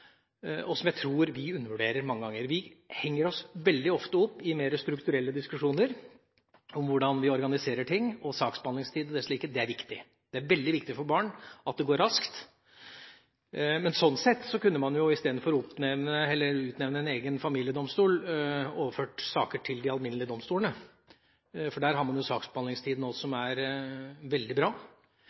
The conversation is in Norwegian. og i det store og hele – som jeg tror vi mange ganger undervurderer. Vi henger oss veldig ofte opp i mer strukturelle diskusjoner om hvordan vi organiserer ting. Saksbehandlingstid og desslike er veldig viktig. Det er viktig for barn at det går raskt. Sånn sett kunne man jo i stedet for å utnevne en egen familiedomstol overføre saker til de alminnelige domstolene. Der har man nå en saksbehandlingstid som er veldig bra.